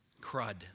Crud